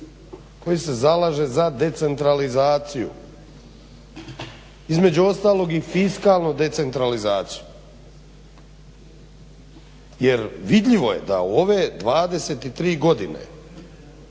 koji se zalaže za decentralizaciju, između ostalog i fiskalnu decentralizaciju. Jer vidljivo je da u ove 23 godine